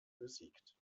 besiegt